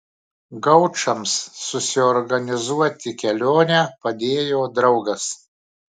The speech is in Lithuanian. gaučams susiorganizuoti kelionę padėjo draugas